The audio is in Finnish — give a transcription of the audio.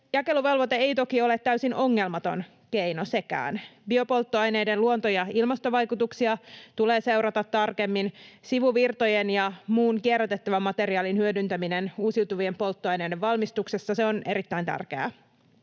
Jakeluvelvoite ei toki ole täysin ongelmaton keino sekään. Biopolttoaineiden luonto- ja ilmastovaikutuksia tulee seurata tarkemmin. Sivuvirtojen ja muun kierrätettävän materiaalin hyödyntäminen uusiutuvien polttoaineiden valmistuksessa on erittäin tärkeää.